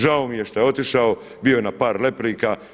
Žao mi je što je otišao, bilo je na par replika.